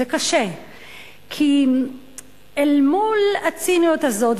זה קשה כי אל מול הציניות הזאת,